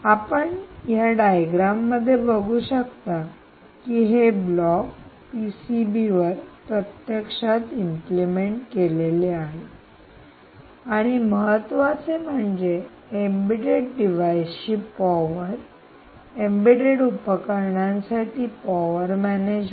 आपण या डायग्राम मध्ये बघू शकता की हे ब्लॉक पीसीबी वर प्रत्यक्षात इम्प्लिमेंट implement अंमलात केलेले आहेत आणि महत्त्वाचं म्हणजे एम्बेडेड डिव्हाइसेसची पॉवर एम्बेडेड उपकरणांसाठी पॉवर मॅनेजमेंट